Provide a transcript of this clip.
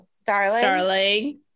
Starling